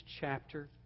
chapter